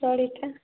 ସଳିତା